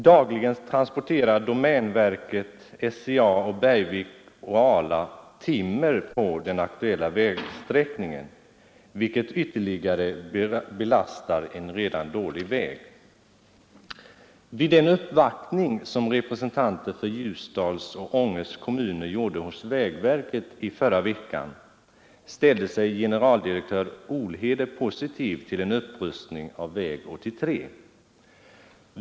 Dagligen transporterar domänverket, SCA och Bergvik och Ala timmer på den aktuella vägsträckningen, vilket ytterligare belastar en redan dålig väg. Vid den uppvaktning som representanter för Ljusdals och Ånge kommuner gjorde hos vägverket i förra veckan ställde sig generaldirektör Olhede positiv till en upprustning av väg 83.